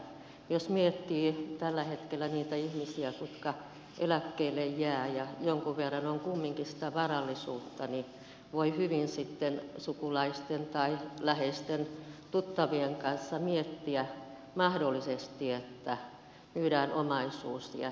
jos miettii tällä hetkellä niitä ihmisiä jotka eläkkeelle jäävät ja joilla jonkin verran on kumminkin sitä varallisuutta niin voi hyvin sitten sukulaisten tai läheisten tuttavien kanssa miettiä mahdollisesti että myydään omaisuus ja tehdäänkin tämmöinen yhteinen koti ryhmäkoti